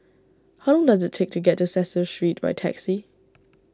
how long does it take to get to Cecil Street by taxi